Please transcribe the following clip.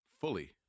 fully